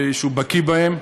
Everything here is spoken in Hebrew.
בקי בהם,